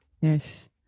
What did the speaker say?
Yes